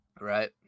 Right